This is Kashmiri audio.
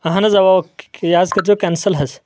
اہن حظ او یہِ حظ کٔرۍ زیو کینسل حظ